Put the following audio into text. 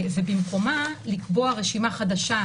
במקומה לקבוע רשימה חדשה,